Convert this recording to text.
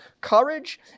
courage